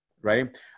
right